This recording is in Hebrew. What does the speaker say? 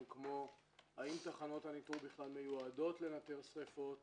כמו האם תחנות הניטור בכלל מיועדות לנטר שריפות